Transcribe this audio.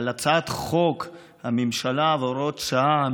על הצעת חוק הממשלה והוראת שעה,